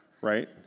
right